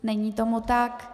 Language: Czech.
Není tomu tak.